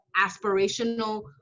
aspirational